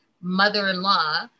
mother-in-law